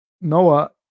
Noah